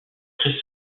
très